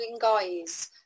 guys